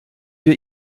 wir